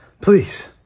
please